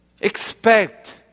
Expect